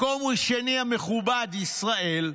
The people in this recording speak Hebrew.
מקום שני המכובד, ישראל,